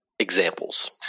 examples